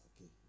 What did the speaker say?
Okay